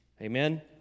Amen